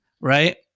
right